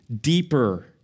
deeper